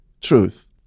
truth